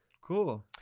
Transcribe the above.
cool